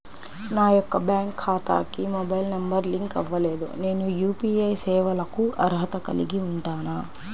నా యొక్క బ్యాంక్ ఖాతాకి మొబైల్ నంబర్ లింక్ అవ్వలేదు నేను యూ.పీ.ఐ సేవలకు అర్హత కలిగి ఉంటానా?